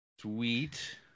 Sweet